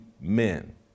men